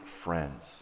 friends